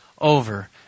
over